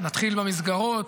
נתחיל במסגרות,